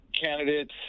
candidates